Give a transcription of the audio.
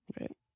Right